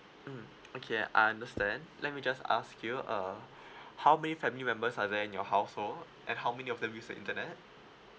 mm okay I understand let me just ask you uh how many family members are there in your household and how many of them use the internet